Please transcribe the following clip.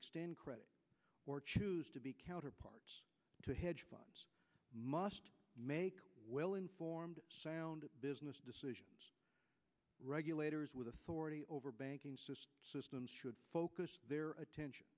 extend credit or choose to be counterparts to hedge funds must make well informed sound business decisions regulators with authority over banking system should focus their attention